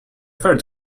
third